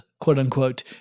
quote-unquote